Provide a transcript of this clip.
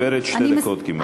את כבר מדברת שתי דקות כמעט.